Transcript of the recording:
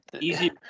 easy